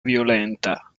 violenta